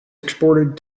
exported